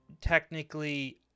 technically